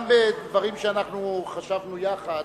גם בדברים שחשבנו יחד,